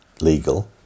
legal